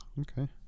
okay